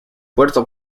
puerto